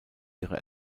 ihre